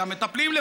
גם מטפלים,